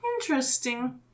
Interesting